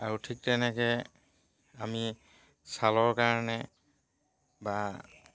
আৰু ঠিক তেনেকে আমি ছালৰ কাৰণে বা